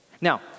Now